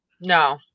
No